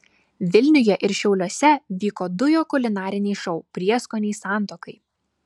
vilniuje ir šiauliuose vyko du jo kulinariniai šou prieskoniai santuokai